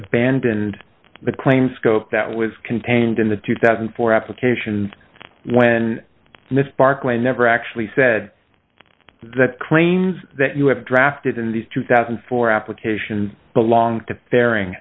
abandoned the claim scope that was contained in the two thousand and four application when miss barclay never actually said that claims that you have drafted in these two thousand and four application belong to pairing